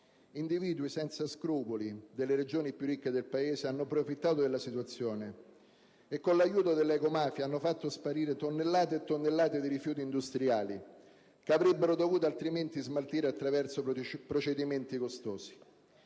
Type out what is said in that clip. Individui senza scrupoli, delle regioni più ricche del Paese, hanno approfittato della situazione, e con l'aiuto delle ecomafie hanno fatto sparire tonnellate e tonnellate di rifiuti industriali che avrebbero dovuto altrimenti smaltire attraverso procedimenti costosi.